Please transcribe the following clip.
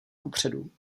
kupředu